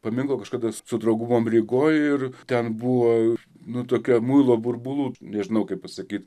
paminklo kažkada su draugu buvom rygoj ir ten buvo nu tokia muilo burbulų nežinau kaip pasakyt